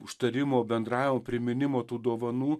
užtarimo bendravimo priminimo tų dovanų